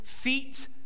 feet